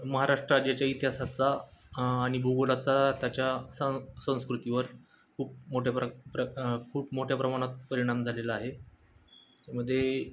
महाराष्ट्र राज्याच्या इतिहासाचा आणि भूगोलाचा त्याच्या सं संस्कृतीवर खूप मोठ्या प्र प्र खूप मोठ्या प्रमाणात परिणाम झालेला आहे त्यामध्ये